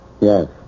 Yes